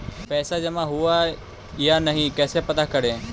पैसा जमा हुआ या नही कैसे पता करे?